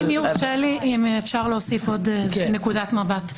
אם יורשה לי, אפשר להוסיף עוד נקודת מבט.